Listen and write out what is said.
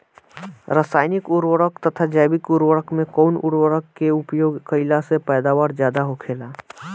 रसायनिक उर्वरक तथा जैविक उर्वरक में कउन उर्वरक के उपयोग कइला से पैदावार ज्यादा होखेला?